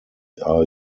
are